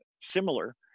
similar